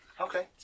Okay